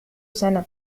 سنة